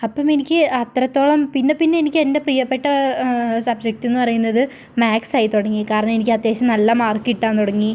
അപ്പോൾ എനിക്ക് അത്രത്തോളം പിന്നെപ്പിന്നെ എനിക്ക് എൻ്റെ പ്രിയപ്പെട്ട സബ്ജെക്ട് എന്ന് പറയുന്നത് മാത്സായി തുടങ്ങി കാരണം എനിക്ക് അത്യാവശ്യം നല്ല മാർക്ക് കിട്ടാൻ തുടങ്ങി